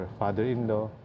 father-in-law